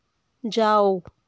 जाओ